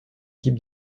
type